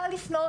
קל לפנות,